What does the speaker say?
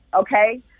Okay